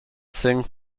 things